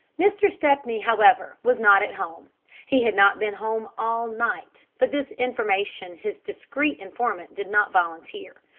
mr. stepney, however, was not at home he had not been home all night, but this information his discreet informant did not volunteer.